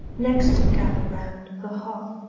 next gather round the hearth